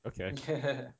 okay